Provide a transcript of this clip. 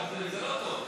זה לא טוב.